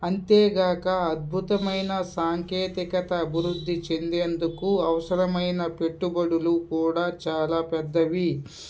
అంతేగాక అద్భుతమైన సాంకేతికత అభివృద్ధి చెందేందుకు అవసరమైన పెట్టుబడులు కూడా చాలా పెద్దవి